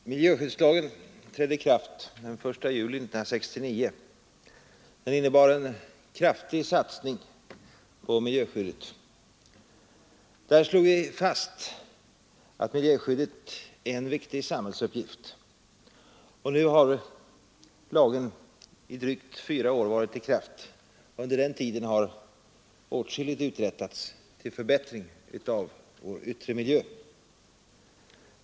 Herr talman! Miljöskyddslagen trädde i kraft den 1 juli 1969. Den innebar en kraftig satsning på miljöskyddet. Där slog vi fast att miljöskyddet är en viktig sam hällsuppgift, och nu har lagen i drygt fyra år varit i kraft. Under den tiden har åtskilligt uträttats till förbättring av vår yttre miljö.